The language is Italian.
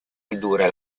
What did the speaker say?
ridurre